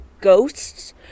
ghosts